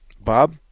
Bob